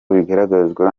bigaragazwa